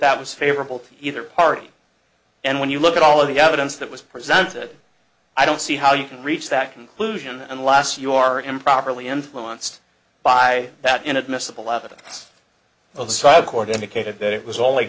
that was favorable to either party and when you look at all of the evidence that was presented i don't see how you can reach that conclusion and last you are improperly influenced by that inadmissible evidence of side court indicated that it was only